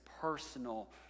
personal